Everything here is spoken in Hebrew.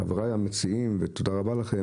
חברי המציעים ותודה רבה לכם,